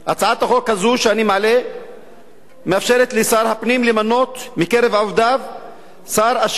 הצעת החוק הזאת שאני מעלה מאפשרת לשר הפנים למנות מקרב עובדיו אדם אשר